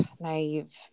naive